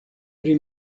pri